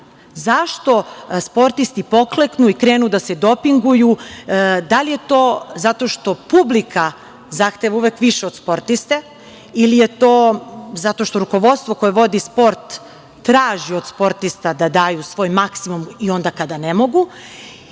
napor.Zašto sportisti pokleknu i krenu da se dopinguju? Da li je to zato što publika zahteva uvek više od sportiste ili je to zato što rukovodstvo koje vodi sport traži od sportista da daju svoj maksimum i onda kada ne mogu